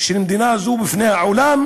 של מדינה זו בפני העולם,